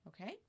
okay